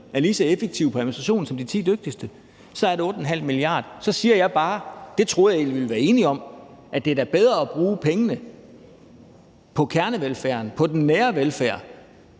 er lige så effektive i forhold til administration som de ti dygtigste, er der 8,5 mia. kr. Så siger jeg bare, at det troede jeg egentlig vi ville være enige om, altså at det da er bedre at bruge pengene på kernevelfærden, på den nære velfærd,